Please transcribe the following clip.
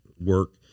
work